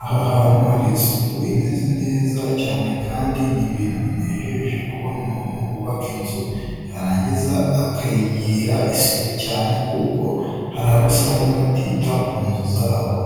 aha hantu hari isuku imeze neza cyane kandi ni ibintu binejeje kubona umuntu wubaka inzu yarangiza akayigirira isuku cyane, kuko hari abo usanga batuta ku nzu zabo.